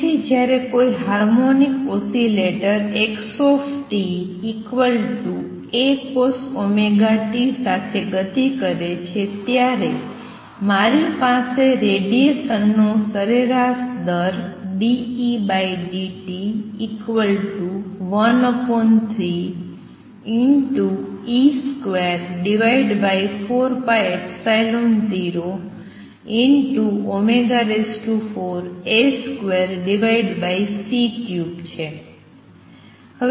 તેથી જ્યારે કોઈ હાર્મોનિક ઓસિલેટર x સાથે ગતિ કરે છે ત્યારે મારી પાસે રેડીએશન નો સરેરાશ દર છે